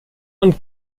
und